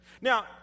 Now